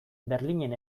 berlinen